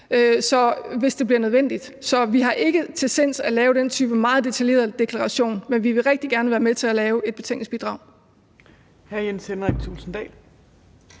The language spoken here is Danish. hvis det bliver nødvendigt. Så vi er ikke til sinds at lave den type meget detaljerede deklaration, men vi vil rigtig gerne være med til at lave et betænkningsbidrag.